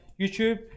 youtube